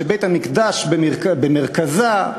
שבית-המקדש במרכזה,